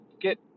get